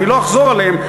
אני לא אחזור על דבריהם,